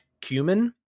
cumin